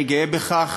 אני גאה בכך